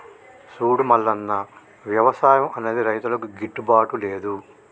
సూడు మల్లన్న, వ్యవసాయం అన్నది రైతులకు గిట్టుబాటు లేదు